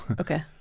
Okay